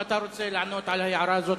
אם אתה רוצה לענות על ההערה הזאת,